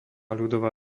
ľudová